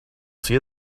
see